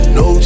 no